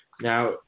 Now